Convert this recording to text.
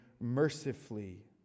mercifully